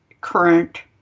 current